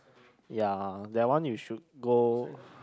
ya that one you should go